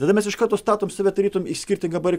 tada mes iš karto statom save tarytum į skirtingą